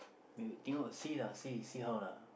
maybe tengok see lah see see how lah